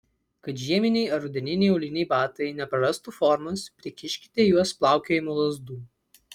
kad žieminiai ar rudeniniai auliniai batai neprarastų formos prikiškite į juos plaukiojimo lazdų